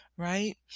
Right